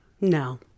No